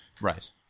right